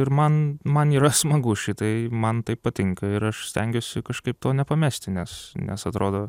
ir man man yra smagu šitai man tai patinka ir aš stengiuosi kažkaip to nepamesti nes nes atrodo